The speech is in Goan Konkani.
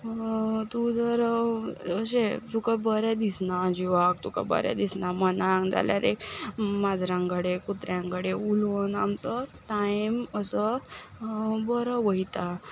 तूं जर अशें तुका बरें दिसना जिवाक तुका बरें दिसना मनाक जाल्यार एक माजरां कडेन कुत्र्यां कडेन उलोवन आमचो टायम असो बरो वयता